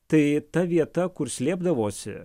tai ta vieta kur slėpdavosi